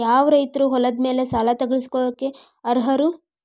ಯಾವ ರೈತರು ಹೊಲದ ಮೇಲೆ ಸಾಲ ತಗೊಳ್ಳೋಕೆ ಅರ್ಹರು?